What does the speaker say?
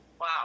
Wow